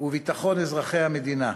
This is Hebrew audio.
וביטחון אזרחי המדינה.